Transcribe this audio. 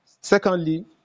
Secondly